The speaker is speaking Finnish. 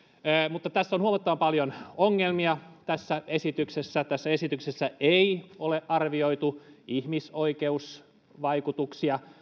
mutta tässä esityksessä on huomattavan paljon ongelmia tässä esityksessä tässä esityksessä ei ole arvioitu ihmisoikeusvaikutuksia